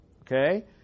Okay